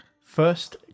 First